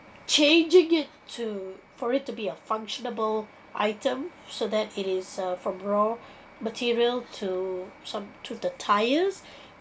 changing it to for it to be a function-able item so that it is a from raw material to some to the tyres